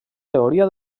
teoria